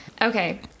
Okay